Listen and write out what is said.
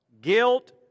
Guilt